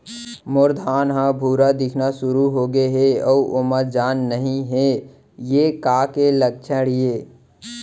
मोर धान ह भूरा दिखना शुरू होगे हे अऊ ओमा जान नही हे ये का के लक्षण ये?